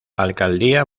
alcaldía